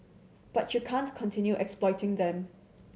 but you can't continue exploiting them